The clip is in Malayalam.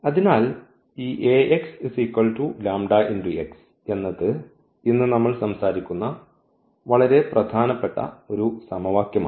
അതിനാൽ ഈ Ax λx എന്നത് ഇന്ന് നമ്മൾ സംസാരിക്കുന്ന വളരെ പ്രധാനപ്പെട്ട ഒരു സമവാക്യമാണ്